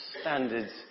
standards